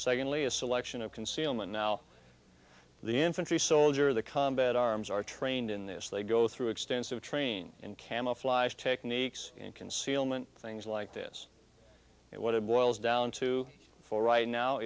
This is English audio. secondly a selection of concealment now the infantry soldier the combat arms are trained in this they go through extensive training in camouflage techniques and concealment things like this and what it boils down to for right now